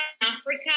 Africa